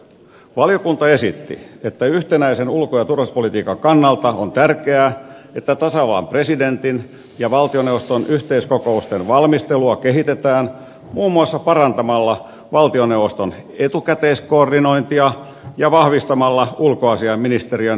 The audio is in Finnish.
valiokunta esitti että yhtenäisen ulko ja turvallisuuspolitiikan kannalta on tärkeää että tasavallan presidentin ja valtioneuvoston yhteiskokousten valmistelua kehitetään muun muassa parantamalla valtioneuvoston etukäteiskoordinointia ja vahvistamalla ulkoasiainministeriön valmistelukoneistoa